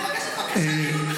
אני מבקשת בקשת דיון מחדש.